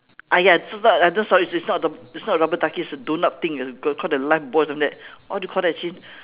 ah ya s~ sorry she's it's not the it's not a rubber ducky it's a doughnut thing called the lifebuoy or something like that what do you call that actually